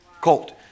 colt